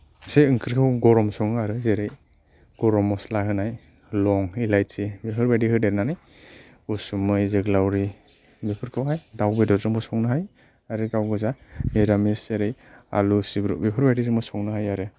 इसे ओंख्रिखौ गरम सङो आरो जेरै गरम मसला होनाय लं इलायचि बेफोरबायदि होदेरनानै उसुमै जोगोलावरि बेफोरखौहाय दाउ बेदरजोंबो संनो हायो आरो गाव गोजा निरामस जेरै आलु सिब्रु बेफोरबायदिजोंबो संनो हायो आरो